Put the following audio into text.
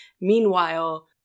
Meanwhile